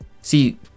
See